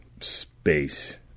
space